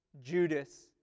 Judas